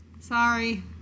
sorry